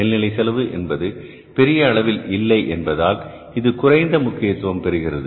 மேல்நிலை செலவு என்பது பெரிய அளவில் இல்லை என்பதால் இது குறைந்த முக்கியத்துவம் பெறுகிறது